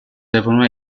devono